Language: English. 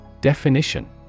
Definition